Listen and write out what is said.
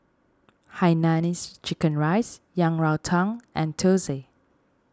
Hainanese Chicken Rice Yang Rou Tang and Thosai